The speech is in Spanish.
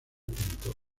punto